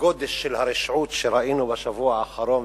הגודש של הרשעות שראינו בשבוע האחרון,